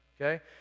Okay